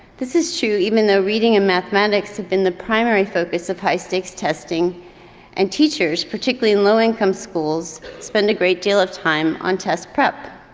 this is true even though reading and mathematics have been the primary focus of high-stakes testing and teachers particularly in low-income schools spend a great deal of time on test prep.